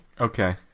Okay